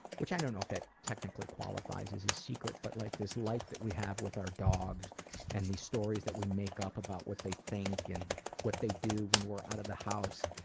which i don't know if that technically qualifies as a secret, but like this life that we have with our dogs and these stories that we make up about what they think and what they do when we're out of the house.